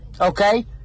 Okay